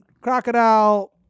crocodile